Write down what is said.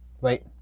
Wait